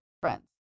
friends